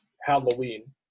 Halloween